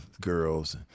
girls